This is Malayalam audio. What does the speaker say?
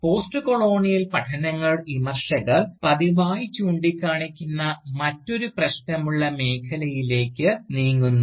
പോസ്റ്റ് കൊളോണിയൽ പഠനങ്ങളുടെ വിമർശകർ പതിവായി ചൂണ്ടിക്കാണിക്കുന്ന മറ്റൊരു പ്രശ്നമുള്ള മേഖലയിലേക്ക് നീങ്ങുന്നു